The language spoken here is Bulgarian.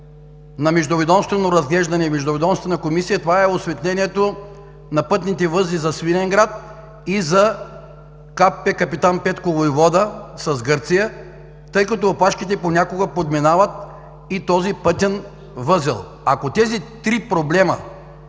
на междуведомствено разглеждане, на Междуведомствена комисия – осветлението на пътните възли за Свиленград и за КПП „Капитан Петко Войвода“ с Гърция, тъй като опашките понякога подминават и този пътен възел. Ако тези три проблема